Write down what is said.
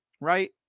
Right